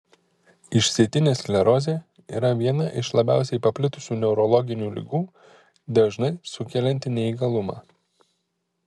išsėtinė sklerozė yra viena iš labiausiai paplitusių neurologinių ligų dažnai sukelianti neįgalumą